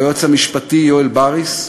והיועץ המשפטי יואל בריס,